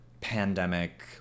pandemic